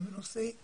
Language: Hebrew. הם בנושאי דיבור.